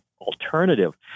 alternative